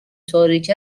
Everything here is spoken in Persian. تاریک